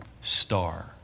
star